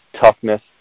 toughness